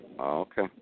Okay